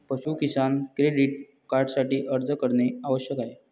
पाशु किसान क्रेडिट कार्डसाठी अर्ज करणे आवश्यक आहे